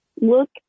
Look